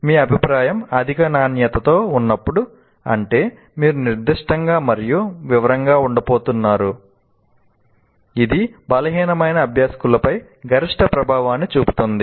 మీ అభిప్రాయం అధిక నాణ్యతతో ఉన్నప్పుడు అంటే మీరు నిర్దిష్టంగా మరియు వివరంగా ఉండబోతున్నారు ఇది బలహీనమైన అభ్యాసకులపై గరిష్ట ప్రభావాన్ని చూపుతుంది